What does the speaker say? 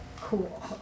cool